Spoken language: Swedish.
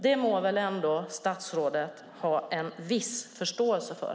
Det må väl statsrådet ändå ha en viss förståelse för.